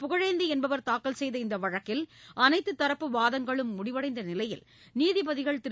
புகழேந்தி என்பவர் தாக்கல் செய்த இந்த வழக்கில் அனைத்து தரப்பு வாதங்களும் முடிவடைந்த நிலையில் நீதிபதிகள் திரு